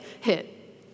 hit